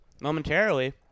momentarily